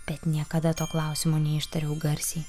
bet niekada to klausimo neištariau garsiai